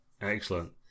Excellent